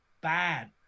bad